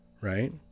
right